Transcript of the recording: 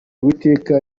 uwiteka